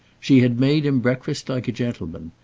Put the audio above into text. she had made him breakfast like a gentleman,